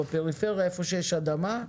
בפריפריה איפה שיש אדמה,